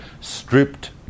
stripped